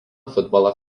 futbolo